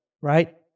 right